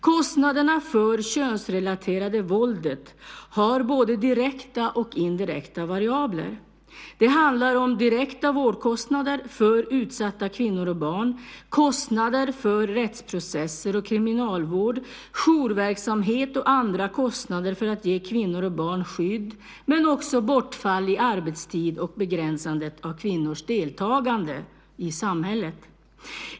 Kostnaderna för det könsrelaterade våldet har både direkta och indirekta variabler. Det handlar om direkta vårdkostnader för utsatta kvinnor och barn, kostnader för rättsprocesser och kriminalvård, jourverksamhet och andra kostnader för att ge kvinnor och barn skydd men också bortfall i arbetstid och begränsandet av kvinnors deltagande i samhället.